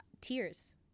tears